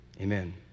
Amen